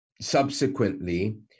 subsequently